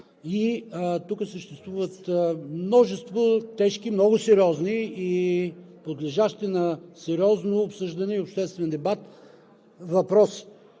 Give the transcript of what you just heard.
тук съществуват множество тежки, много сериозни и подлежащи на сериозно обсъждане и обществен дебат въпроси.